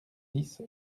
dix